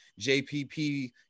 JPP